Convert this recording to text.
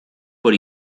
por